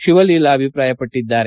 ಶಿವಲೀಲಾ ಅಭಿಪ್ರಾಯಪಟ್ಟದ್ದಾರೆ